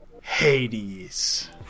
Hades